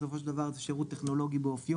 בסופו של דבר זה שירות טכנולוגי באופיו,